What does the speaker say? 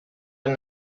and